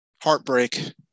Heartbreak